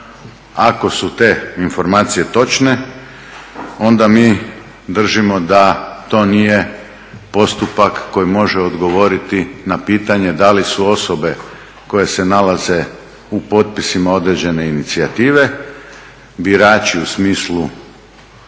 Ako su te informacije točne onda mi držimo da to nije postupak koji može odgovoriti na pitanje da li su osobe koje se nalaze u potpisima određene inicijative birači u smislu